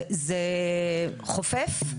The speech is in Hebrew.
זה חופף?